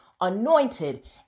anointed